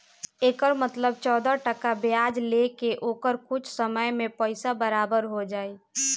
एकर मतलब चौदह टका ब्याज ले के ओकर कुछ समय मे पइसा बराबर हो जाई